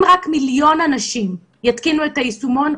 אם רק מיליון אנשים יתקינו את היישומון,